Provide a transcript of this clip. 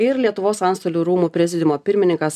ir lietuvos antstolių rūmų prezidiumo pirmininkas